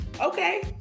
okay